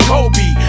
Kobe